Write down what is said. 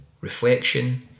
reflection